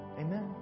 Amen